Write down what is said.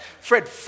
Fred